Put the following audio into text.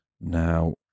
Now